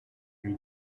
lui